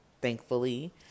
thankfully